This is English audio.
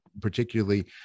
particularly